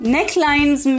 Necklines